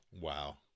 wow